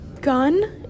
gun